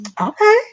Okay